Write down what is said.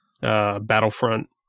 battlefront